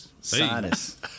Sinus